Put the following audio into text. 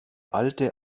alte